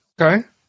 okay